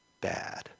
bad